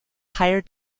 higher